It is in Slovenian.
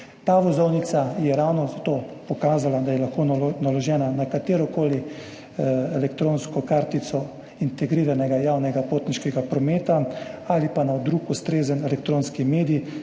Ta vozovnica je ravno zato pokazala, da je lahko naložena na katerokoli elektronsko kartico integriranega javnega potniškega prometa ali na drug ustrezen elektronski medij,